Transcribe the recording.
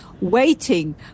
waiting